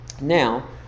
Now